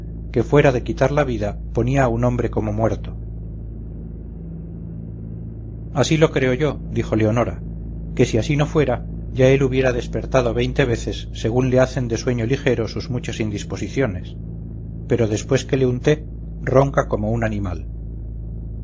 que fuera de quitar la vida ponía a un hombre como muerto así lo creo yo dijo leonora que si así no fuera ya él hubiera despertado veinte veces según le hacen de sueño ligero sus muchas indisposiciones pero después que le unté ronca como un animal